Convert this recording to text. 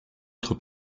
autre